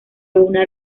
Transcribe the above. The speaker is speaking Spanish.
una